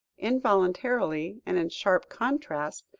involuntarily and in sharp contrast,